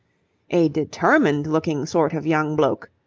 a determined-looking sort of young bloke,